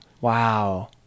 Wow